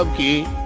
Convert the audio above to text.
he